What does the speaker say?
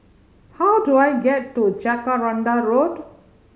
how do I get to Jacaranda Road